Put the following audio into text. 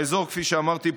כפי שאמרתי,